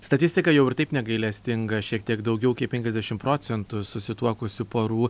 statistika jau ir taip negailestinga šiek tiek daugiau kaip penkiasdešim procentų susituokusių porų